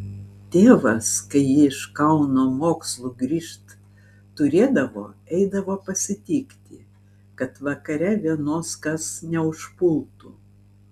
tėvas kai ji iš kauno mokslų grįžt turėdavo eidavo pasitikti kad vakare vienos kas neužpultų